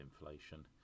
inflation